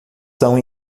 são